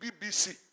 BBC